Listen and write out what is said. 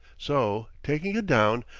so, taking it down,